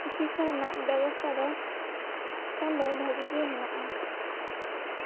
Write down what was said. ᱪᱤᱠᱤᱛᱥᱟ ᱨᱮᱱᱟᱜ ᱵᱮᱵᱚᱥᱛᱟ ᱫᱚ ᱮᱠᱷᱚᱱ ᱫᱚ ᱵᱷᱟᱹᱜᱤ ᱜᱮ ᱦᱮᱱᱟᱜᱼᱟ